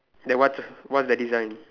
then what's what's the design